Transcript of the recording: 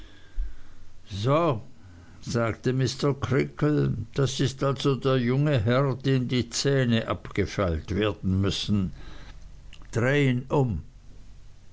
so sagte mr creakle das ist also der junge herr dem die zähne abgefeilt werden müssen dreh ihn um